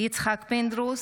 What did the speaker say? יצחק פינדרוס,